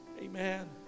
Amen